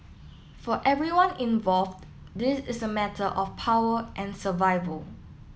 for everyone involved this is a matter of power and survival